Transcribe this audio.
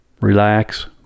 relax